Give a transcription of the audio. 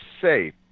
safe